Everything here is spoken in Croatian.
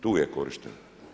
Tu je korišten.